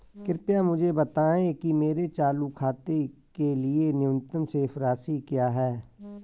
कृपया मुझे बताएं कि मेरे चालू खाते के लिए न्यूनतम शेष राशि क्या है?